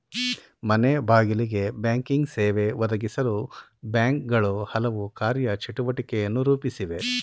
ಮನೆಬಾಗಿಲಿಗೆ ಬ್ಯಾಂಕಿಂಗ್ ಸೇವೆ ಒದಗಿಸಲು ಬ್ಯಾಂಕ್ಗಳು ಹಲವು ಕಾರ್ಯ ಚಟುವಟಿಕೆಯನ್ನು ರೂಪಿಸಿವೆ